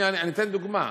אני אתן דוגמה.